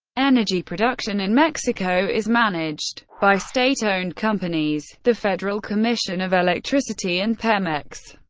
energy production in mexico is managed by state-owned companies the federal commission of electricity and pemex.